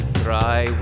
try